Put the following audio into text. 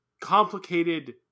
complicated